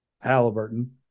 Halliburton